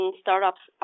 startups